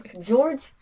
George